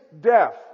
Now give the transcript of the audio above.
death